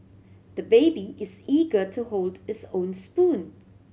the baby is eager to hold his own spoon